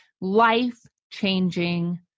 life-changing